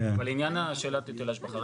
אבל לעניין שאלת היטל השבחה.